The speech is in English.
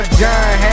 john